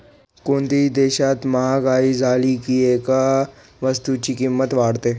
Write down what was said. कोणत्याही देशात महागाई झाली की एखाद्या वस्तूची किंमत वाढते